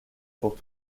pour